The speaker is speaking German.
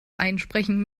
einsprechen